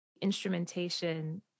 instrumentation